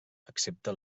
accepta